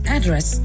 Address